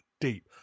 Deep